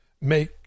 make